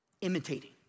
imitating